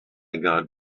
got